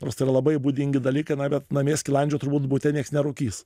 nors tai yra labai būdingi dalykai na bet namie skilandžio turbūt bute nieks nerūkys